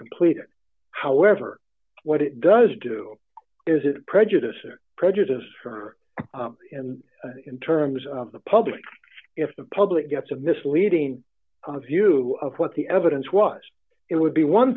completed however what it does do is it prejudiced or prejudiced for him in terms of the public if the public gets a misleading view of what the evidence was it would be one